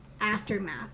aftermath